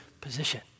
position